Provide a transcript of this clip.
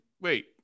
Wait